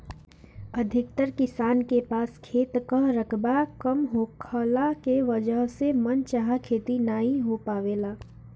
अधिकतर किसान के पास खेत कअ रकबा कम होखला के वजह से मन चाहा खेती नाइ हो पावेला